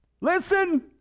listen